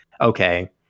okay